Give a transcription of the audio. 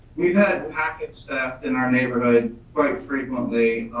we've had package theft in our neighborhood quite frequently,